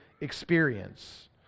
experience